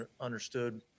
understood